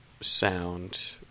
sound